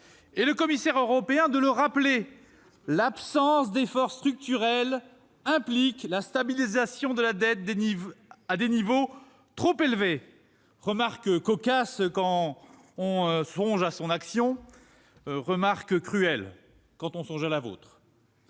Et le commissaire européen de le rappeler :« L'absence d'effort structurel implique la stabilisation de la dette à des niveaux très élevés. » La remarque est cocasse quand on songe à son action, cruelle quand on songe à la vôtre